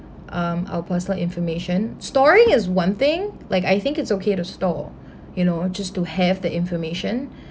um our personal information storing is one thing like I think it's okay to store you know just to have the information